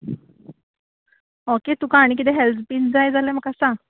okay तुका आनी कितें हॅल्प बीन जाय जाल्यार म्हाका सांग